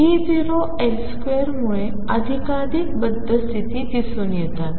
V0L2 मुळे अधिकाधिक बद्ध स्तिथी दिसून येतात